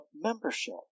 membership